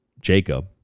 jacob